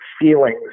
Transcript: feelings